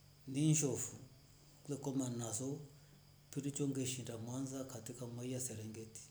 Ngii shofu kule komnazo pwiri chonge shinda mwanza katika mwaya serengeti.